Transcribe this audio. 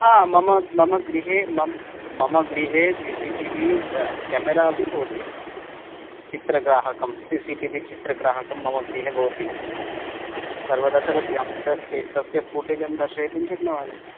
हा मम मम गृहे मम मम गृहे सि सि टि वी केमेरापि भवति चित्रगाहकं सि सि टि वी चित्रग्राहकं मम गृहे भवति सर्वदा चलति अहं तत् ते तस्य फ़ूटेजं दर्शयितुं शक्नोमि